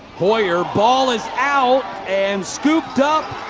hoyer. ball is out. and scooped up